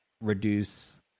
reduce